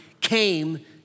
came